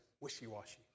wishy-washy